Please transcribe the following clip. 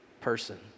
person